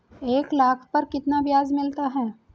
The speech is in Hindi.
एक लाख पर कितना ब्याज मिलता है?